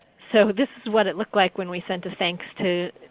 so this is what it looked like when we sent a thanks to